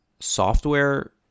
software